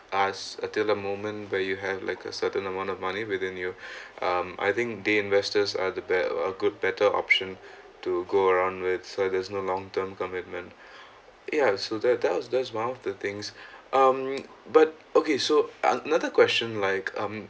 us until a moment where you have like a certain amount of money within you um I think they investors are the bad uh good better option to go around with so there's no long term commitment ya that that was that's one of the things um but okay so another question like um